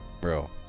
Bro